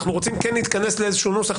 אנחנו רוצים כן להתכנס לאיזשהו נוסח.